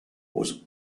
was